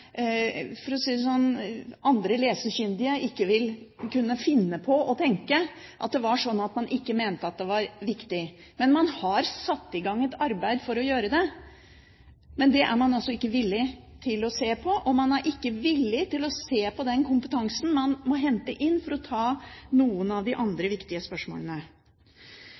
var sånn at man ikke mente at det var viktig. Man har satt i gang et arbeid for å gjøre det, men det er man altså ikke villig til å se på, og man er ikke villig til å se på den kompetansen man må hente inn for å ta noen av de andre viktige spørsmålene.